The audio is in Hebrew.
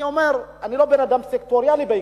ואני אומר: אני לא אדם סקטוריאלי בעיקר,